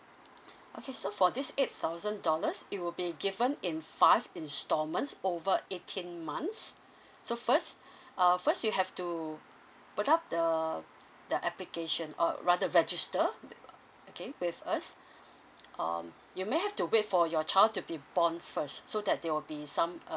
okay so for this eight thousand dollars it will be given in five instalments over eighteen months so first uh first you have to put up the the application or rather register okay with us um you may have to wait for your child to be born first so that there will be some uh